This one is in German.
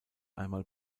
einmal